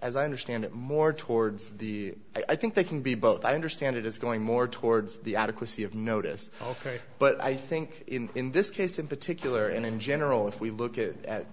as i understand it more towards the i think they can be both i understand it is going more towards the adequacy of notice ok but i think in this case in particular and in general if we look at